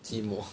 寂寞